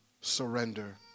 surrender